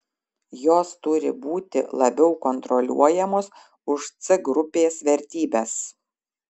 jos turi būti labiau kontroliuojamos už c grupės vertybes